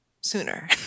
sooner